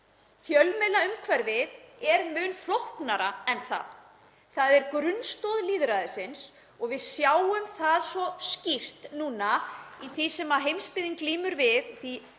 Fjölmiðlaumhverfið er mun flóknara en það. Það er grunnstoð lýðræðisins. Við sjáum það svo skýrt núna í því sem heimsbyggðin glímir við, í